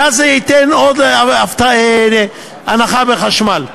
ואז זה ייתן עוד הנחה בחשמל.